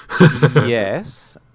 Yes